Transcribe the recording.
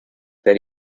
per